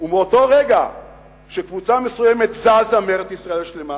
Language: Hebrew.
ומאותו רגע שקבוצה מסוימת זזה מארץ-ישראל השלמה